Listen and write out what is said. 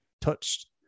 touched